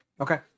Okay